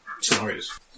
scenarios